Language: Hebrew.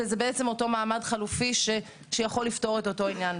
וזה אותו מעמד חלופי שיכול לפתור את אותו עניין.